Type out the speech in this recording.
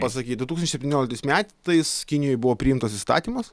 pasakyt du tūkstančiai septynioliktais metais kinijoj buvo priimtas įstatymas